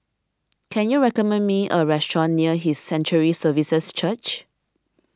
can you recommend me a restaurant near His Sanctuary Services Church